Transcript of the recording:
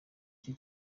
cyo